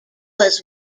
was